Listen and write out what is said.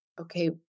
okay